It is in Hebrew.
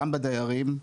גם בדיירים,